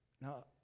Now